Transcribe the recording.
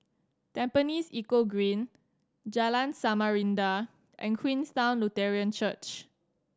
Tampines Eco Green Jalan Samarinda and Queenstown Lutheran Church